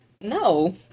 no